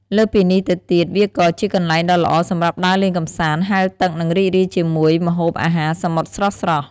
លើសពីនេះទៅទៀតវាក៏ ជាកន្លែងដ៏ល្អសម្រាប់ដើរលេងកម្សាន្ត ហែលទឹក និងរីករាយជាមួយម្ហូបអាហារសមុទ្រស្រស់ៗ។